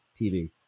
TV